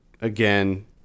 again